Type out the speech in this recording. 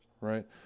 Right